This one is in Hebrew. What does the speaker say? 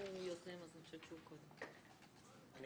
אני